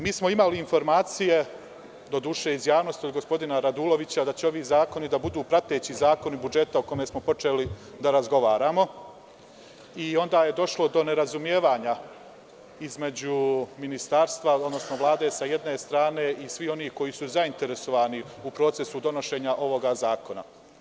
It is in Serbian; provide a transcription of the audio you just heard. Mi smo imali informacije, doduše iz javnosti, od gospodina Radulovića, da će ovi zakoni biti prateći zakoni budžeta o kome smo počeli da razgovaramo, i onda je došlo do nerazumevanja između ministarstva, odnosno Vlade sa jedne strane i svih onih koji su zainteresovani u procesu donošenja ovoga zakona.